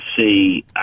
see